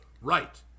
right